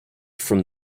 from